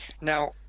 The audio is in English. Now